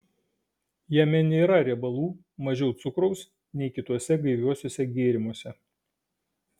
jame nėra riebalų mažiau cukraus nei kituose gaiviuosiuose gėrimuose